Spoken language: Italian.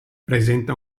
presenta